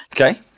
Okay